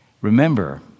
Remember